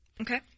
Okay